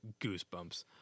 Goosebumps